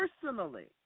personally